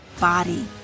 body